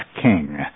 king